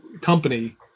company